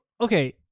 okay